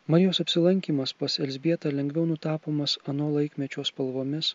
marijos apsilankymas pas elzbietą lengviau nutapomas ano laikmečio spalvomis